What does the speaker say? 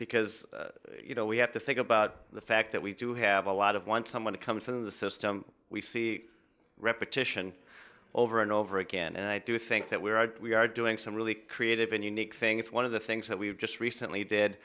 because you know we have to think about the fact that we do have a lot of want someone who comes in the system we see repetition over and over again and i do think that we are we are doing some really creative and unique things one of the things that we've just recently did